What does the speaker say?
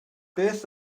beth